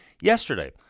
yesterday